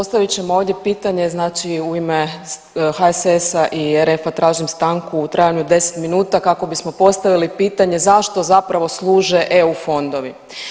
Postavit ćemo ovdje pitanje, znači u ime HSS-a i RF-a tražim stanku u trajanju od 10 minuta kako bismo postavili pitanje zašto zapravo služe EU fondovi.